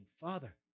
Father